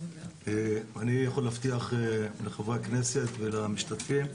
אני יכול להבטיח לחברי הכנסת ולמשתתפים,